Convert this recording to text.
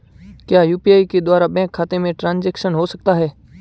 क्या यू.पी.आई के द्वारा बैंक खाते में ट्रैन्ज़ैक्शन हो सकता है?